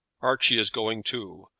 archie is going too.